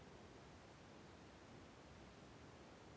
ಹತ್ತಿಗೆ ಎಷ್ಟು ಆದ್ರತೆ ಇದ್ರೆ ಸೂಕ್ತ?